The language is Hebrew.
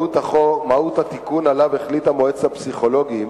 מהות התיקון שעליו החליטה מועצת הפסיכולוגים